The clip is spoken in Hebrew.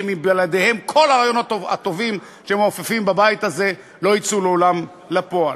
כי בלעדיהם כל הרעיונות הטובים שמעופפים בבית הזה לא יצאו לעולם לפועל.